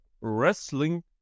wrestling